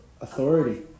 authority